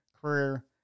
career